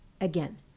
Again